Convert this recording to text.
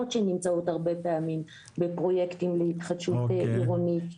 שנמצאות הרבה פעמים בפרויקטים להתחדשות עירונית.